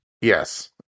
Yes